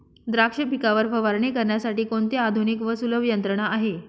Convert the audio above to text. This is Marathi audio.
द्राक्ष पिकावर फवारणी करण्यासाठी कोणती आधुनिक व सुलभ यंत्रणा आहे?